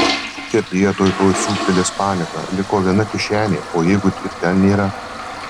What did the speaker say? širdyje tuoj tuoj siūbtelės panika liko viena kišenė o jeigu ir ten nėra